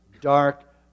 dark